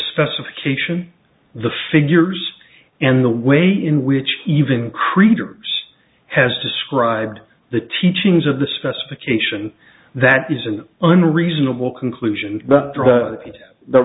specification the figures and the way in which even creatures has described the teachings of the specification that is an unreasonable conclusion but